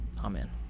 Amen